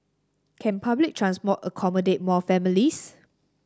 can public transport accommodate more families